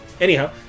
Anyhow